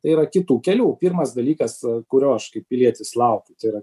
yra kitų kelių pirmas dalykas kurio aš kaip pilietis laukiu tai yra